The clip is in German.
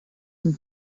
zum